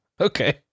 Okay